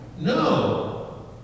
no